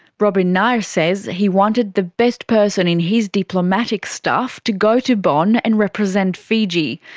robin nair says he wanted the best person in his diplomatic staff to go to bonn and represent fiji,